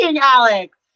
Alex